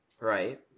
Right